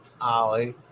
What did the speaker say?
Ollie